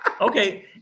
Okay